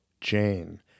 Jane